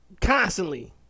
Constantly